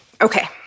okay